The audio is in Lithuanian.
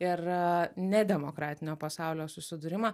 ir ne demokratinio pasaulio susidūrimą